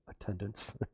attendance